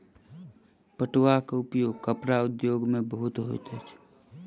पटुआ के उपयोग कपड़ा उद्योग में बहुत होइत अछि